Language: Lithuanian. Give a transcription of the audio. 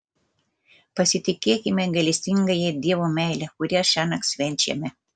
pasitikėkime gailestingąja dievo meile kurią šiąnakt švenčiame